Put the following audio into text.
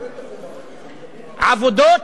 עבודות,